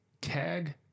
Tag